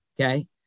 okay